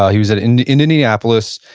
ah he was ah in in minneapolis,